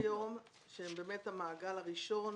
שהם המעגל הראשון,